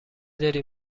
داری